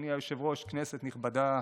אדוני היושב-ראש, כנסת נכבדה,